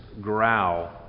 growl